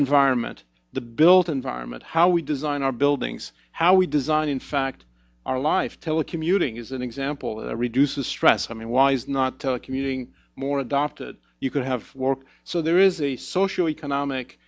environment the built environment how we design our buildings how we design in fact our life telecommuting is an example reduces stress i mean why is not telecommuting more adopted you could have work so there is a social economic